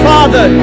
Father